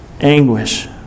anguish